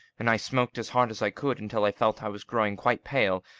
and i smoked as hard as i could, until i felt i was growing quite pale,